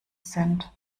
sind